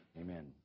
Amen